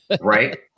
Right